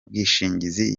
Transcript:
bwishingizi